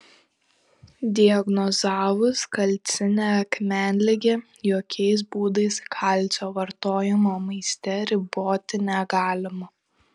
diagnozavus kalcinę akmenligę jokiais būdais kalcio vartojimo maiste riboti negalima